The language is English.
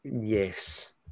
Yes